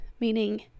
Meaning